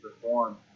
perform